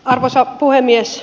arvoisa puhemies